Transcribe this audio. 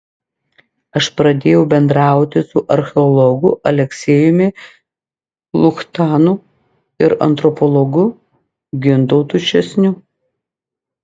aš pradėjau bendrauti su archeologu aleksejumi luchtanu ir antropologu gintautu česniu